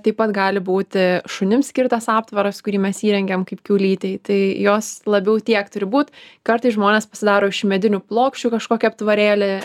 taip pat gali būti šunim skirtas aptvaras kurį mes įrengiam kaip kiaulytei tai jos labiau tiek turi būt kartais žmonės pasidaro iš medinių plokščių kažkokį aptvarėlį